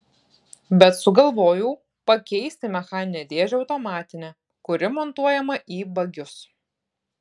bet sugalvojau pakeisti mechaninę dėžę automatine kuri montuojama į bagius